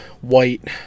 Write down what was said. white